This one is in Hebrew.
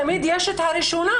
תמיד יש את הראשונה,